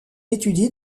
étudie